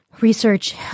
research